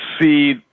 see